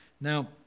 Now